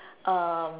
um